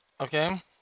Okay